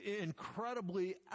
incredibly